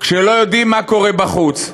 כשלא יודעים מה קורה בחוץ,